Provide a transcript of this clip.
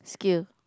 skill